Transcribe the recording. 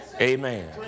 Amen